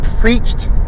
preached